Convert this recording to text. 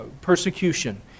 persecution